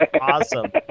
awesome